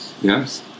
Yes